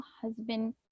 husband